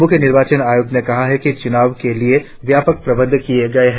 मुख्य निर्वाचन आयुक्त ने कहा कि चुनाव के लिए व्यापक प्रबंध किए गए हैं